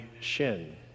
Shin